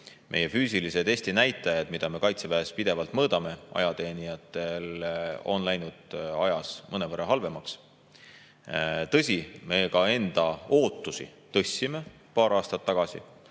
füüsilise testi näitajaid, mida me Kaitseväes pidevalt mõõdame, on läinud ajas mõnevõrra halvemaks. Tõsi, me ka enda ootusi tõstsime paar aastat tagasi